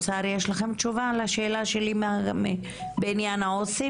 האוצר יש לכם תשובה לשאלה שלי בעניין העובדים